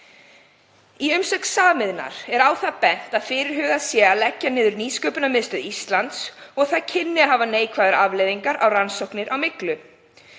Í umsögn Samiðnar er á það bent að fyrirhugað sé að leggja niður Nýsköpunarmiðstöð Íslands og það kynni að hafa neikvæðar afleiðingar á rannsóknir á myglu.